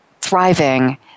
thriving